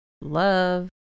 love